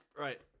Right